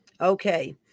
Okay